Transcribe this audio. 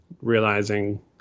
realizing